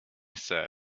said